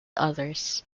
others